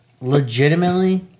Legitimately